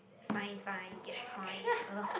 fine fine you get the point !ugh!